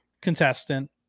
contestant